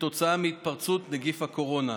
כתוצאה מהתפרצות נגיף הקורונה.